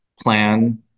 plan